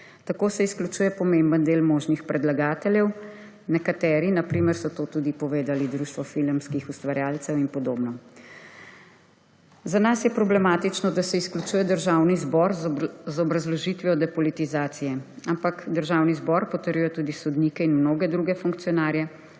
Tako se izključuje pomemben del možnih predlagateljev. Nekateri so to tudi povedali, na primer Društvo filmskih ustvarjalcev in podobno. Za nas je problematično, da se izključuje Državni zbor z obrazložitvijo depolitizacije. Ampak Državni zbor potrjuje tudi sodnike in mnoge druge funkcionarje,